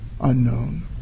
unknown